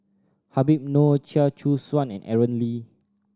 Habib Noh Chia Choo Suan and Aaron Lee